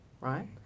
Right